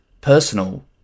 personal